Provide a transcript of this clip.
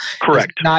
Correct